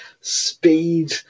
speed